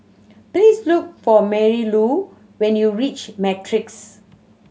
please look for Marylou when you reach Matrix